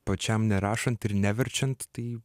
pačiam nerašant ir neverčiant tai